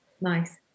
Nice